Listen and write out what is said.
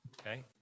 okay